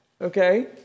Okay